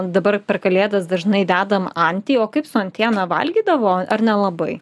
dabar per kalėdas dažnai dedam antį o kaip su antiena valgydavo ar nelabai